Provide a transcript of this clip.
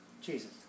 Jesus